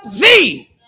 thee